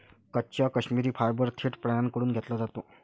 कच्चा काश्मिरी फायबर थेट प्राण्यांकडून घेतला जातो